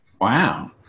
Wow